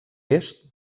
est